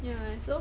ya so